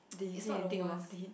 did he say anything about it